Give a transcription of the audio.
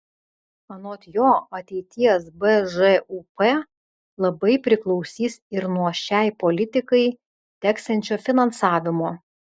anot jo ateities bžūp labai priklausys ir nuo šiai politikai teksiančio finansavimo